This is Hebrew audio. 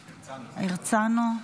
הרצנו,